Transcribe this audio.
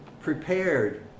prepared